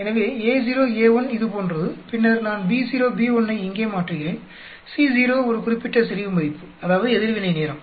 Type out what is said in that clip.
எனவே Ao A1 இது போன்றது பின்னர் நான் B௦ B1 ஐ இங்கே மாற்றுகிறேன் C௦ ஒரு குறிப்பிட்ட செறிவு மதிப்பு அதாவது எதிர்வினை நேரம்